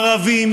ערבים,